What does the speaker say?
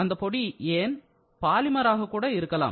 அந்த பொடி ஏன் பாலிமர் ஆக கூட இருக்கலாம்